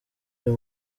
uyu